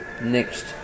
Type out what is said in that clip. next